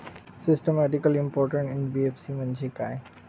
Systematically important NBFC म्हणजे काय?